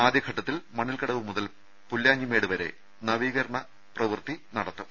ആദ്യഘട്ടത്തിൽ മണ്ണിൽക്കടവ് മുതൽ പുല്ലാഞ്ഞിമേട് വരെ നവീകരണ പ്രവൃത്തി നടത്തും